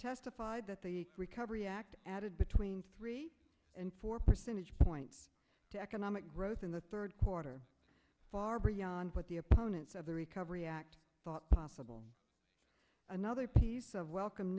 testified that the recovery act added between four percentage points to economic growth in the third quarter far beyond what the opponents of the recovery act thought possible another piece of welcome